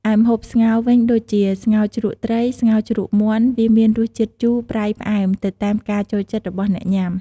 ឯម្ហូបស្ងោរវិញដូចជា ស្ងោរជ្រក់ត្រី ស្ងោរជ្រក់មាន់ វាមានរសជាតិ ជូរ ប្រៃ ផ្អែម ទៅតាមការចូលចិត្តរបស់អ្នកញ៉ាំ។